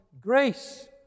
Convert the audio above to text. grace